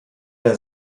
der